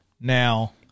Now